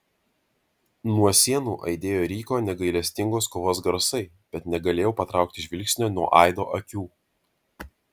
nuo sienų aidėjo ryko negailestingos kovos garsai bet negalėjau patraukti žvilgsnio nuo aido akių